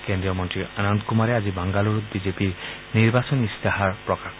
কেন্দ্ৰীয় মন্ত্ৰী অনন্ত কুমাৰে আজি বাংগালুৰুত বিজেপিৰ নিৰ্বাচনী ইস্তাহাৰ প্ৰকাশ কৰিব